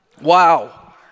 Wow